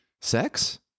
sex